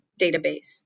database